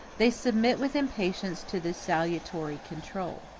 they submit with impatience to this salutary control.